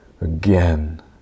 Again